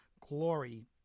glory